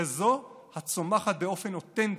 כזאת הצומחת באופן אותנטי,